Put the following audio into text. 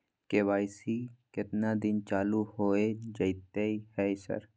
KYC केतना दिन चालू होय जेतै है सर?